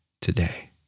today